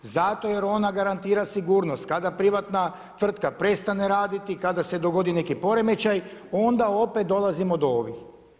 Zato jer ona garantira sigurnost, kada privatna tvrtka prestane raditi, kada se dogodi neki poremećaj onda opet dolazimo do ovih.